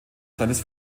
seines